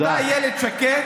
אותה אילת שקד,